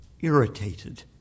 irritated